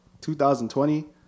2020